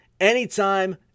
anytime